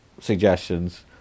suggestions